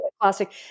classic